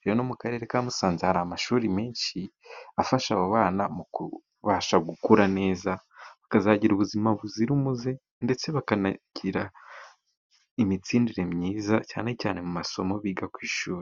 Rero no mu karere ka Musanze hari amashuri menshi afasha abo bana mu kubasha gukura neza bakazagira ubuzima buzira umuze, ndetse bakanagira imitsindire myiza cyane cyane mu masomo biga ku ishuri.